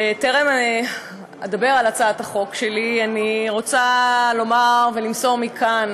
בטרם אדבר על הצעת החוק שלי אני רוצה לומר ולמסור מכאן